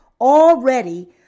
already